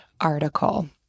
article